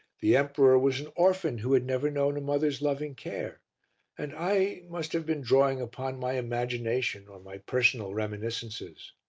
the emperor was an orphan who had never known a mother's loving care and i must have been drawing upon my imagination or my personal reminiscences.